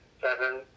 seven